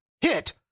hit